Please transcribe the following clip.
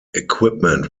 equipment